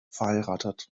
verheiratet